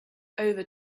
over